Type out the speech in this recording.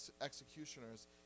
executioners